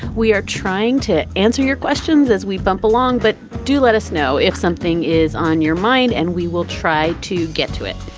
we are trying to answer your questions as we bump along. but do let us know if something is on your mind and we will try to get to it.